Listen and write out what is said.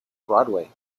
broadway